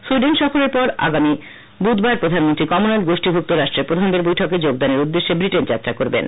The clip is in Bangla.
সুইডেন সফরের পর আগামী বুধবার প্রধানমন্ত্রী কমনওয়েলখ গোষ্ঠীভুক্ত রাষ্ট্রের প্রধানদের বৈঠকে যোগদানের উদ্দেশ্যে ব্রিটেন যাত্রা করবেন